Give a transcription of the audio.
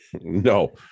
No